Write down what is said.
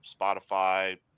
spotify